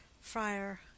Friar